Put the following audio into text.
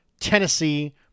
Tennessee